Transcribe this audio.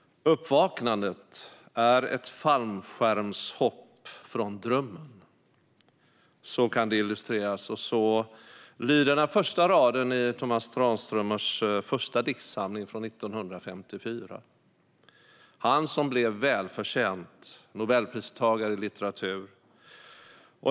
"Uppvaknandet är ett fallskärmshopp från drömmen." Så kan det illustreras, och så lyder den första raden i Tomas Tranströmers första diktsamling från 1954. Han blev välförtjänt Nobelpristagare i litteratur.